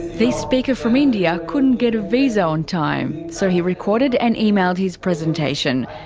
this speaker from india couldn't get a visa on time, so he recorded and emailed his presentation.